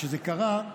כשזה קרה.